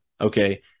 okay